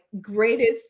greatest